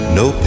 no